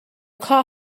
car